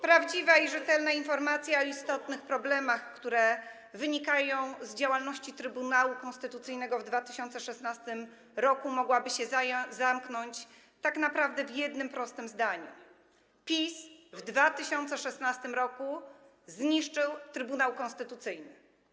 Prawdziwa i rzetelna informacja o istotnych problemach, które wynikają z działalności Trybunału Konstytucyjnego w 2016 r., mogłaby się zamknąć tak naprawdę w jednym prostym zdaniu: PiS w 2016 r. zniszczył Trybunał Konstytucyjny.